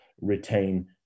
retain